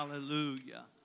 Hallelujah